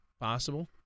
possible